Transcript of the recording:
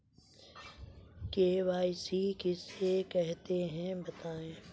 KYC किसे कहते हैं बताएँ?